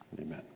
amen